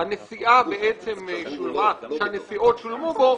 שהנסיעות שולמו בו,